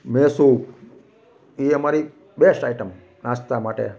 મેસુબ એ અમારી best item નાસ્તા માટે